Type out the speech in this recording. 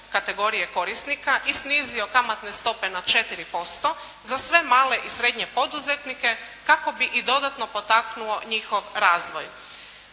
kategorije korisnika i snizio kamatne stope na 4% za sve male i srednje poduzetnike kako bi i dodatno potaknuo njihov razvoj.